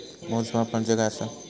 मोजमाप म्हणजे काय असा?